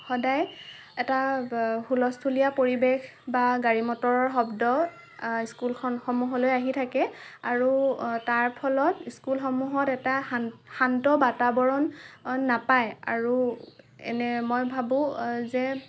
সদায় এটা হূলস্থলীয়া পৰিৱেশ বা গাড়ী মটৰৰ শব্দ স্কুলখন সমূহলৈ আহি থাকে আৰু তাৰফলত স্কুলসমূহত এটা শান্ত বাতাবৰণ নাপায় আৰু এনে মই ভাবোঁ যে